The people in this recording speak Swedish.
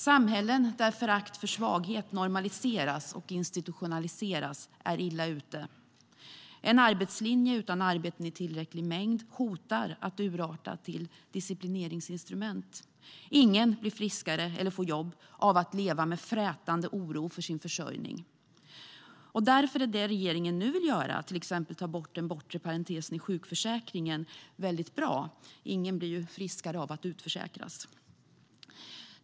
Samhällen där förakt för svaghet normaliseras och institutionaliseras är illa ute. En arbetslinje utan arbeten i tillräcklig mängd hotar att urarta till disciplineringsinstrument. Ingen blir friskare eller får jobb av att leva med en frätande oro för sin försörjning. Därför är det regeringen nu vill göra, till exempel ta bort den bortre parentesen i sjukförsäkringen, väldigt bra. Ingen blir ju friskare av att utförsäkras.